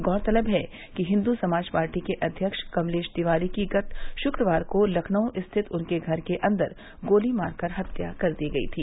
गौरतलब है कि हिन्दू समाज पार्टी के अध्यक्ष कमलेश तिवारी की गत शुक्रवार को लखनऊ स्थित उनके घर के अंदर गोली मारकर हत्या कर दी गई थी